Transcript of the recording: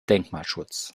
denkmalschutz